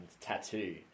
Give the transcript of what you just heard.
tattoo